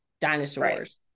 dinosaurs